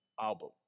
Album